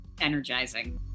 energizing